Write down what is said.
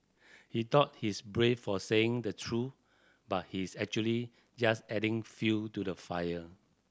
he thought he's brave for saying the truth but he's actually just adding fuel to the fire